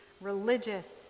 religious